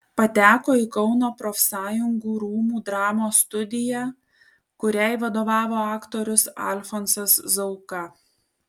pateko į kauno profsąjungų rūmų dramos studiją kuriai vadovavo aktorius alfonsas zauka